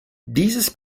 dieses